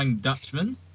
Dutchman